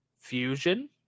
Fusion